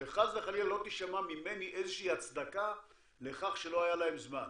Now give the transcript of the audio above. שחס וחלילה לא תישמע ממני איזה שהיא הצדקה לכך שלא היה להם זמן,